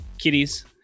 Kitties